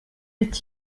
est